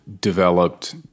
developed